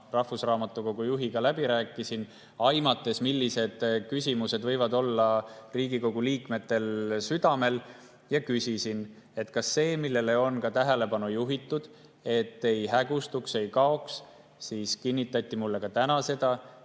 rahvusraamatukogu juhiga läbi rääkisin, aimates, millised küsimused võivad olla Riigikogu liikmetel südamel. Ma küsisin ka seda, millele on tähelepanu juhitud, et ei hägustuks ega kaoks. Mulle kinnitati ka täna, et